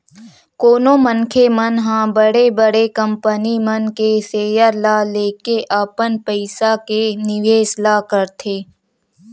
कोनो मनखे मन ह बड़े बड़े कंपनी मन के सेयर ल लेके अपन पइसा के निवेस ल करथे